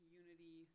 unity